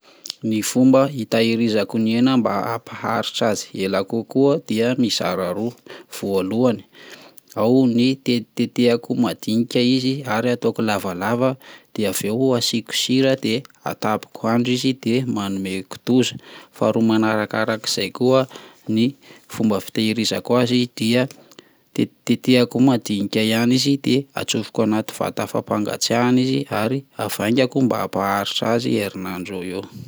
Ny fomba hitahirizako ny hena mba hampaharitra azy ela kokoa dia mizara roa, voalohany ao ny tetitetehako madinika izy ary ataoko lavalava dia aveo asiko sira de atapiko andro izy de manome kitoza, faharoa manarakarak'izay koa ny fomba fitehirizako azy dia tetitetehiko madinika ihany izy de atsofoko anaty vata fampangatsiahina izy ary havaingako mba hampaharitra azy eo amin'ny herinandro eo eo.